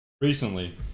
recently